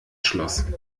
schloss